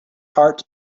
heart